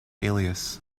alias